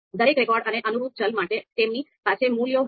દરેક રેકોર્ડ અને અનુરૂપ ચલ માટે તેમની પાસે મૂલ્યો હશે